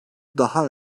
daha